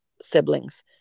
siblings